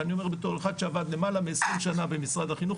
ואני אומר בתור אחד שעבר 20 שנה במשרד החינוך,